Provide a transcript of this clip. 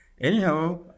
Anyhow